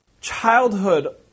childhood